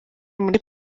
muri